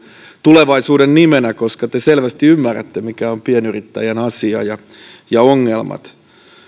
tulevaisuuden nimenä koska te selvästi ymmärrätte mikä on pienyrittäjän asia ja mitkä ovat ongelmat